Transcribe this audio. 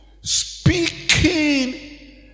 speaking